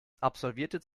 absolvierte